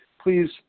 please